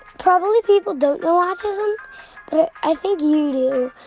probably, people don't know autism, but i think you do.